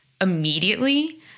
immediately